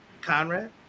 Conrad